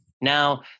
Now